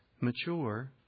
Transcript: mature